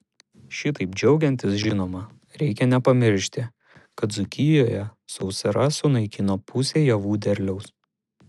šitaip džiaugiantis žinoma reikia nepamiršti kad dzūkijoje sausra sunaikino pusę javų derliaus